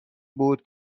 بود